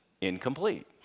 incomplete